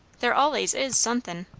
there allays is sun'thin'.